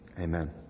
amen